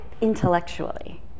intellectually